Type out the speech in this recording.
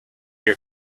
your